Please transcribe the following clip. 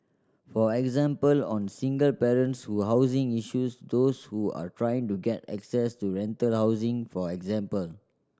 for example on single parents will housing issues those who are trying to get access to rental housing for example